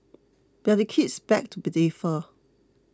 but their kids beg to differ